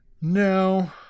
No